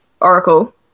Oracle